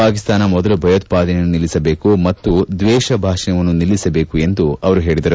ಪಾಕಿಸ್ತಾನ ಮೊದಲು ಭಯೋತ್ಪಾದನೆಯನ್ನು ನಿಲ್ಲಿಸಬೇಕು ಮತ್ತು ದ್ವೇಷ ಭಾಷಣವನ್ನು ನಿಲ್ಲಿಸಬೇಕು ಎಂದು ಹೇಳಿದರು